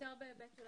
זה ועדת חוקה.